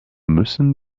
müssen